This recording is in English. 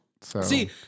See